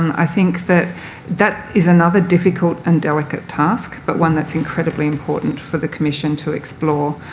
i think that that is another difficult and delicate task but one that's incredibly important for the commission to explore.